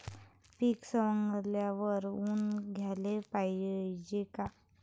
पीक सवंगल्यावर ऊन द्याले पायजे का?